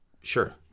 sure